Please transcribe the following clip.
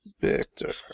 Victor